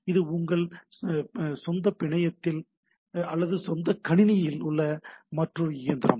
இது உங்கள் சொந்த பிணையத்தில் அல்லது சொந்த கணினியில் உள்ள மற்றொரு இயந்திரம்